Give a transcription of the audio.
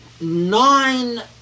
nine